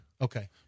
Okay